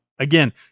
Again